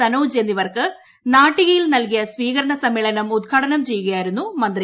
സനോജ് എന്നിവർക്ക് നാട്ടികയിൽ നൽകിയ സ്വീകരണ സമ്മേളനം ഉദ്ഘാടനം ചെയ്യുകയായിരുന്നു മന്ത്രി